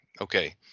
Okay